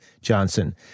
Johnson